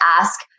ask